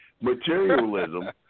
materialism